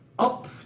Up